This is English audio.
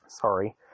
Sorry